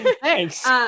Thanks